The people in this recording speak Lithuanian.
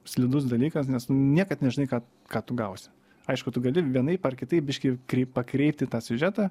slidus dalykas nes niekad nežinai ką ką tu gausi aišku tu gali vienaip ar kitaip biškį kryp pakreipti tą siužetą